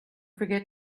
forget